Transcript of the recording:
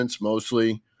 mostly